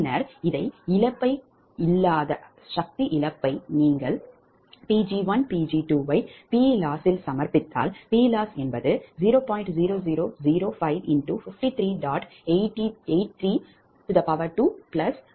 பின்னர் இழப்பை நீங்கள் Pg1Pg2 ஐ PLoss இல் சமர்ப்பித்தால் PLoss10